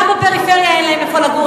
גם בפריפריה אין להם איפה לגור.